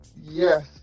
Yes